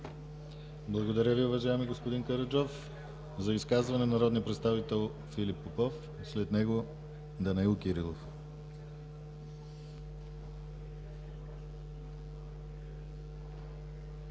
Благодаря Ви, уважаеми господин Караджов. За изказване народният представител Филип Попов, след него Данаил Кирилов.